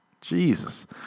Jesus